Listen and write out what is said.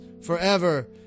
forever